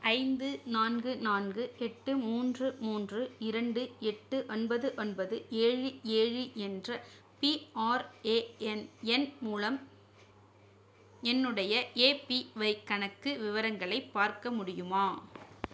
ஐந்து நான்கு நான்கு எட்டு மூன்று மூன்று இரண்டு எட்டு ஒன்பது ஒன்பது ஏழு ஏழு என்ற பிஆர்ஏஎன் எண் மூலம் என்னுடைய ஏபிஒய் கணக்கு விவரங்களைப் பார்க்க முடியுமா